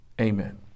Amen